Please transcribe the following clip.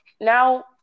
now